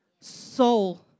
soul